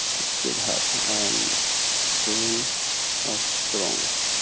it's github and game of thrones.